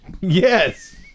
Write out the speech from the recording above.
yes